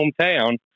hometown